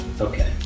Okay